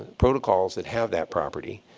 protocols that have that property.